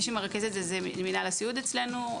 מי שמרכז את זה זה מינהל הסיעוד אצלנו.